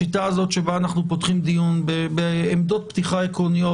אנו פותחים דיון בעמדות פתיחה עקרוניות,